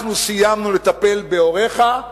אנחנו סיימנו לטפל בהוריך,